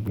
आ।